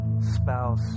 spouse